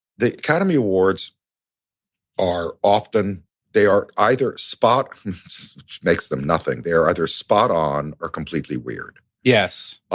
the academy awards are often they are either spot which makes them nothing. they are either spot on or completely weird. yes.